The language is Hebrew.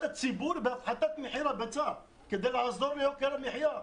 הציבור בהפחתת מחיר הביצה כדי לעזור ליוקר המחיה.